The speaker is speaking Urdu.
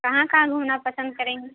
کہاں کہاں گھومنا پسند کریں گے